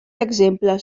exemples